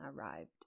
arrived